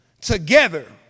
together